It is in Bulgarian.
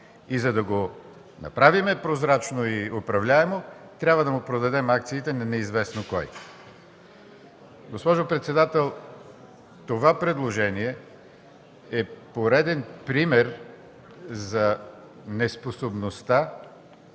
и за да го направим прозрачно и управляемо, трябва да му продадем акциите на неизвестно кой. Госпожо председател, това предложение е пореден пример за неспособността,